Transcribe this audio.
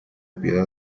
piedad